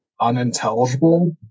unintelligible